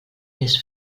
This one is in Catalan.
més